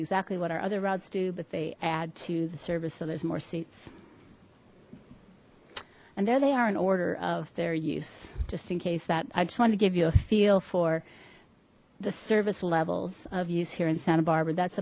exactly what our other rods do but they add to the service so there's more seats and there they are in order of their use just in case that i just want to give you a feel for the service levels of use here in santa barbara that's